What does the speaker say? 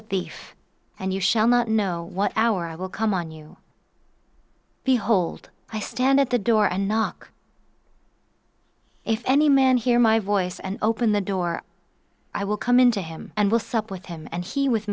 a thief and you shall not know what hour i will come on you behold i stand at the door and knock if any man hear my voice and open the door i will come into him and will sup with him and he with